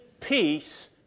peace